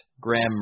Graham